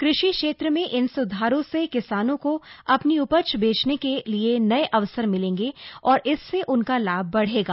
कृषि क्षेत्र में इन सुधारों से किसानों को अपनी उपज बेचने के नए अवसर मिलेंगे और इससे उनका लाभ बढ़ेगा